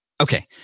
Okay